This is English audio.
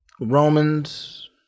Romans